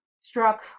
struck